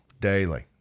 Daily